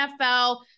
nfl